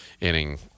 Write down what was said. inning